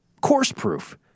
course-proof